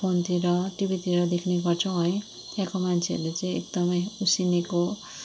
फोनतिर टिभीतिर देख्ने गर्छौँ है त्यहाँको मान्छेहरूले चाहिँ एकदमै उसिनेको